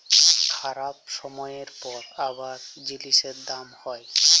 খারাপ ছময়ের পর আবার জিলিসের দাম হ্যয়